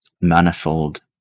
manifold